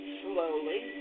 slowly